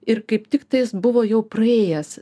ir kaip tik tais buvo jau praėjęs